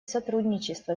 сотрудничество